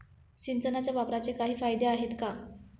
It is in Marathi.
सिंचनाच्या वापराचे काही फायदे आहेत का?